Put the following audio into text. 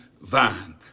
vine